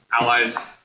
allies